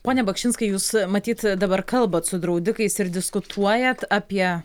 pone bakšinskai jūs matyt dabar kalbat su draudikais ir diskutuojat apie